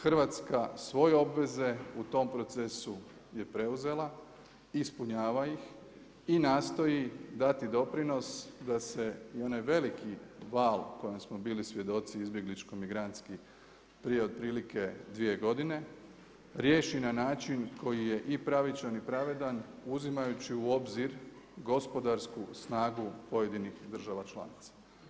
Hrvatska svoje obveze u tom procesu je preuzela, ispunjava ih i nastoji dati doprinos da se i onaj veliki val kojem smo bili svjedoci izbjegličko-migrantski prije otprilike dvije godine riješi na način koji je i pravičan i pravedan uzimajući u obzir gospodarsku snagu pojedinih država članica.